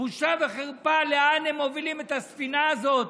בושה וחרפה, לאן הם מובילים את הספינה הזאת.